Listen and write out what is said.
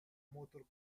motor